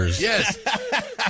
Yes